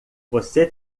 você